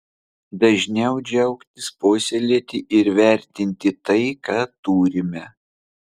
dažniau džiaugtis puoselėti ir vertinti tai ką turime